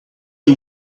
you